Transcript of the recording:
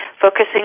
focusing